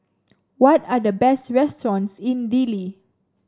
what are the best restaurants in Dili